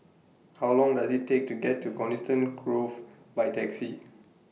How Long Does IT Take to get to Coniston Grove By Taxi